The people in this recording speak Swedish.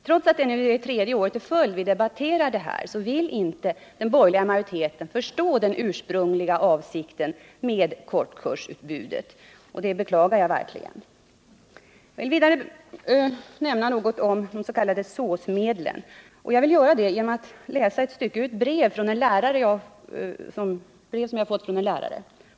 Trots att det nu är tredje året i följd som vi debatterar detta vill inte den borgerliga majoriteten förstå den ursprungliga avsikten med kortkursutbudet. Det beklagar jag verkligen. Jag vill vidare nämna något om de s.k. SÅS-medlen. Jag vill göra det genom att läsa ett stycke ur ett brev som jag fått från en lärare.